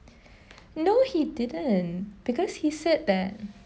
no he didn't because he said that